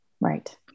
right